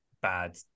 bad